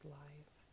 life